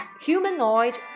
Humanoid